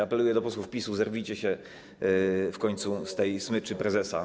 Apeluję do posłów PiS-u: zerwijcie się w końcu z tej smyczy prezesa.